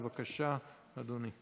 בבקשה, אדוני.